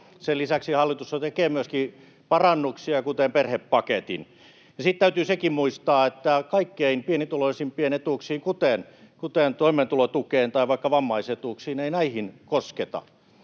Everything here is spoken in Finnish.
Sen lisäksi hallitus tekee myöskin parannuksia, kuten perhepaketin. Ja sitten täytyy sekin muistaa, että kaikkein pienituloisimpien etuuksiin, kuten toimeentulotukeen tai vaikka vammaisetuuksiin, ei kosketa.